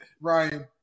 Ryan